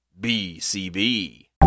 bcb